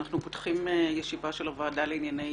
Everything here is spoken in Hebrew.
אנחנו פותחים ישיבה של הוועדה לענייני